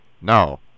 No